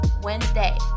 Wednesday